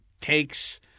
takes